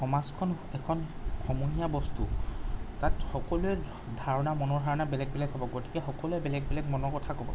সমাজখন এখন সমূহীয়া বস্তু তাত সকলোৰে ধাৰণা মনৰ ধাৰণা বেলেগ বেলেগ হ'ব গতিকে সকলোৱে বেলেগ বেলেগ মনৰ কথা ক'ব